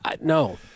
No